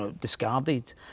discarded